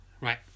Right